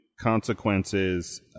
consequences